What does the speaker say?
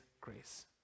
grace